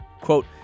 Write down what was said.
Quote